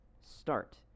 start